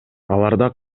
аларда